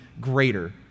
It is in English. greater